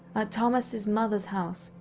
at thomas' mother's house,